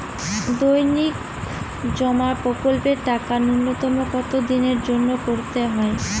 দৈনিক জমা প্রকল্পের টাকা নূন্যতম কত দিনের জন্য করতে হয়?